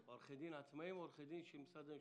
עורכי דין עצמאיים או עורכי דין של משרד המשפטים?